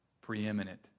preeminent